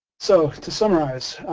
so to summarize,